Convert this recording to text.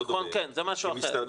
בתיכון זה משהו אחר.